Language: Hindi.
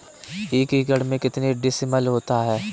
एक एकड़ में कितने डिसमिल होता है?